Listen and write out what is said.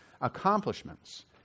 accomplishments